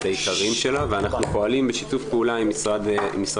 את העיקרים שלה ואנחנו פועלים בשיתוף פעולה עם משרד